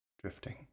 Drifting